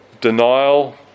denial